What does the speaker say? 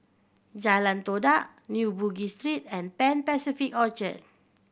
Jalan Todak New Bugis Street and Pan Pacific Orchard